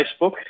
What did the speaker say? Facebook